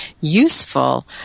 useful